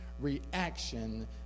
reaction